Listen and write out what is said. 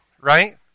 right